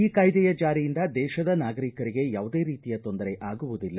ಈ ಕಾಯ್ದೆಯ ಜಾರಿಯಿಂದ ದೇಶದ ನಾಗರಿಕರಿಗೆ ಯಾವುದೇ ರೀತಿಯ ತೊಂದರೆ ಆಗುವುದಿಲ್ಲ